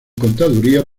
contaduría